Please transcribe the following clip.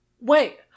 Wait